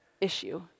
issue